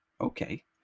Okay